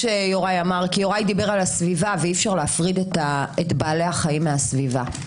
דיבר על הסביבה ואי אפשר להפריד את בעלי החיים מהסביבה.